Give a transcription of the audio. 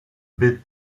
bit